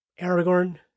Aragorn